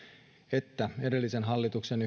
että yhdeksi edellisen hallituksen